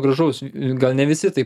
gražaus gal ne visi taip